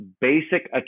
basic